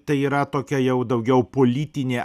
tai yra tokia jau daugiau politinė